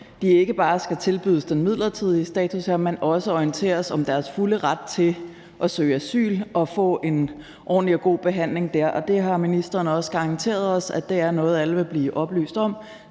nu, ikke bare skal tilbydes den midlertidige status her, men også orienteres om deres fulde ret til at søge asyl og få en ordentlig og god behandling. Og det har ministeren også garanteret os, nemlig at det er noget, alle vil blive oplyst om.